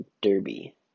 Derby